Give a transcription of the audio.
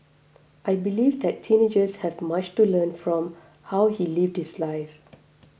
I believe that teenagers have much to learn from how he lived this life